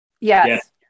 Yes